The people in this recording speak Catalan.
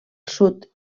sud